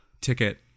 ticket